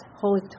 holy